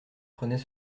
prenait